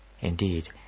Indeed